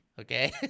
okay